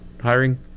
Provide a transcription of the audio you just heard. hiring